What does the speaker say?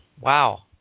Wow